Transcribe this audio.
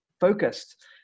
focused